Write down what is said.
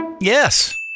Yes